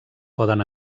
poden